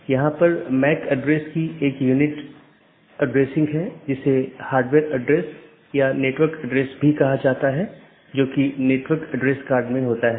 इसलिए हमारा मूल उद्देश्य यह है कि अगर किसी ऑटॉनमस सिस्टम का एक पैकेट किसी अन्य स्थान पर एक ऑटॉनमस सिस्टम से संवाद करना चाहता है तो यह कैसे रूट किया जाएगा